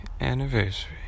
anniversary